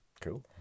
cool